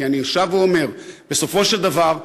כי אני שב ואומר: בסופו של דבר,